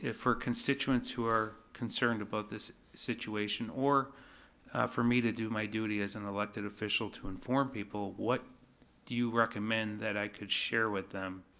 for constituents who are concerned about this situation, or for me to do my duty as an elected official to inform people, what do you recommend that i could share with them,